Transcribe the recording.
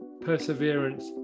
perseverance